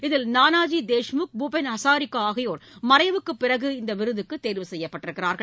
இதில் நானாஜி தேஷ்முக் பூபெள் ஹசாரிகா ஆகியோர் மறைவிற்குப் பிறகு இந்த விருதுக்கு தேர்வு செய்யப்பட்டுள்ளனர்